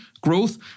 growth